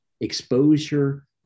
exposure